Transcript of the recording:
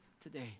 today